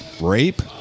Rape